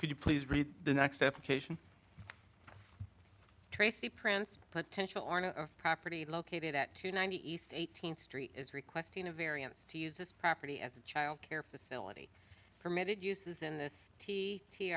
could you please read the next step tracy prince potential on a property located at two ninety east eighteenth street is requesting a variance to use this property as a child care facility permitted uses in this t t